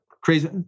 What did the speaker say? crazy